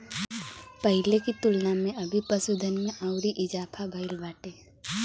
पहिले की तुलना में अभी पशुधन में अउरी इजाफा भईल बाटे